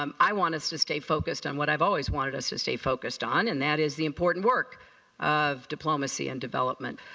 um i want us to stay focused on what i've always wanted us to stay focus on, and that is the important work of diplomacy and development.